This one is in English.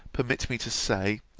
permit me to say,